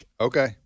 Okay